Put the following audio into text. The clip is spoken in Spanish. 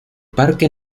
parque